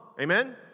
amen